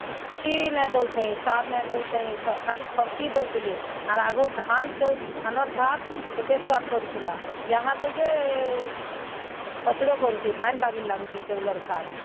କିଛି ନାଇଁ ଦେଉଁଥାଇ ସାର୍ ନାଇଁ ଦେଉଁଥାଇ ଖାଲି ଖର୍ସି ଦେଉଥିଲେ ଆର୍ ଆଘର୍ ଧାନର୍ ଚଉ ଧାନର୍ ଭାତ୍ କେତେ ସ୍ୱାଦ୍ କରୁଥିଲା ଇହାଦେ ଯେ ପଚଡ଼ କରୁଛେ ପାଏନ୍ ବାଗିର୍ ଲାଗୁଛେ ଚଉଲର ଭାତ୍